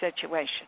situation